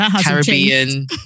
Caribbean